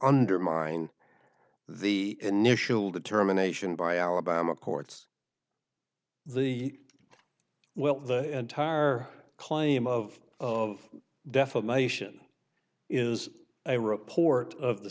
undermine the initial determination by alabama courts the well the entire claim of of defamation is a report of the